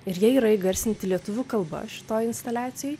ir jie yra įgarsinti lietuvių kalba šitoj instaliacijoj